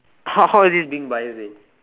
how how is this being bias dey